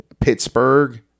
Pittsburgh